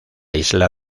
isla